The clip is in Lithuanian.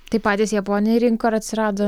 tai patys japonai rinko ir atsirado